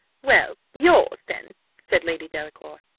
well, yours, then, said lady delacour.